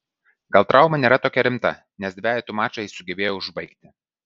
gal trauma nėra tokia rimta nes dvejetų mačą jis sugebėjo užbaigti